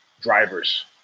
drivers